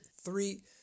three